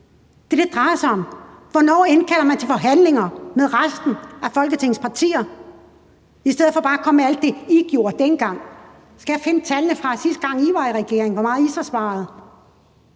Det er det, det drejer sig om. Hvornår indkalder man til forhandlinger med resten af Folketingets partier i stedet for bare at komme med alt det, vi gjorde dengang? Skal jeg finde tallene, fra sidste gang I var i regering, for, hvor meget I så sparede?